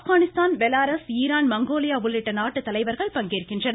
Afghanistan Belarus Iran Mongolia உள்ளிட்ட நாட்டு தலைவர்கள் பங்கேற்கின்றனர்